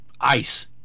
ice